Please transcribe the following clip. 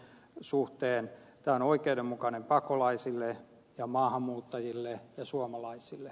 tämä on oikeudenmukainen pakolaisille ja maahanmuuttajille ja suomalaisille